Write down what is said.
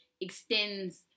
extends